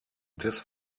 des